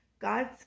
God's